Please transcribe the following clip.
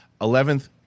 Eleventh